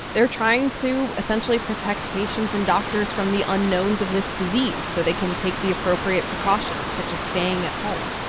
they're trying to, essentially, protect patients and doctors from the unknowns of this disease so they can take the appropriate precautions, such as staying at home.